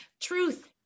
Truth